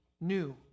new